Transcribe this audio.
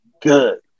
good